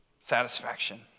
satisfaction